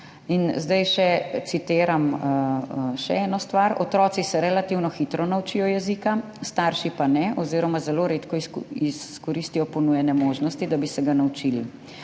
zdaj citiram še eno stvar: »Otroci se relativno hitro naučijo jezika, starši pa ne oziroma zelo redko izkoristijo ponujene možnosti, da bi se ga naučili.